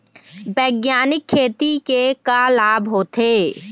बैग्यानिक खेती के का लाभ होथे?